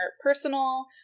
personal